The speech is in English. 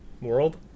World